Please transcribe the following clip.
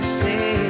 say